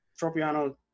Tropiano